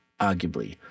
arguably